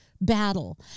battle